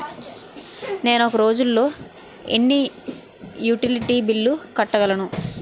నేను ఒక రోజుల్లో ఎన్ని యుటిలిటీ బిల్లు కట్టగలను?